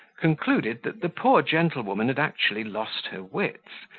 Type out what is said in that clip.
concluded that the poor gentlewoman had actually lost her wits,